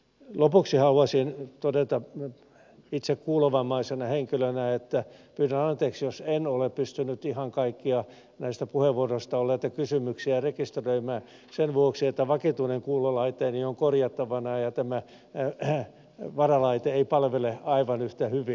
lopuksi haluaisin todeta itse kuulovammaisena henkilönä että pyydän anteeksi jos en ole pystynyt ihan kaikkia näissä puheenvuoroissa olleita kysymyksiä rekisteröimään sen vuoksi että vakituinen kuulolaitteeni on korjattavana ja tämä varalaite ei palvele aivan yhtä hyvin